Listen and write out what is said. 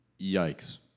Yikes